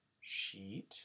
sheet